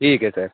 ٹھیک ہے سر